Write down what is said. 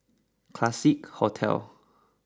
Classique Hotel